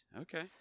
Okay